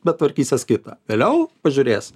bet tvarkysis kitą vėliau pažiūrės